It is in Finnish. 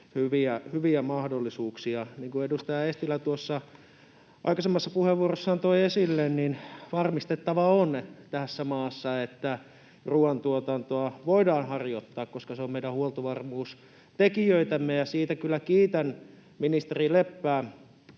hyviä mahdollisuuksia. Niin kuin edustaja Eestilä tuossa aikaisemmassa puheenvuorossaan toi esille, on varmistettava tässä maassa, että ruoantuotantoa voidaan harjoittaa, koska se on meidän huoltovarmuustekijöitämme. Siitä kyllä kiitän ministeri Leppää,